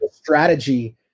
strategy